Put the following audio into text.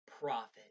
profit